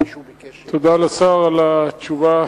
תודה לשר על התשובה,